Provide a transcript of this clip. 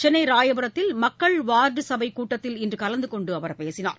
சென்னைராயபுரத்தில் மக்கள் வார்டுசபைக் கூட்டத்தில் இன்றுகலந்தனெண்டுஅவர் பேசினார்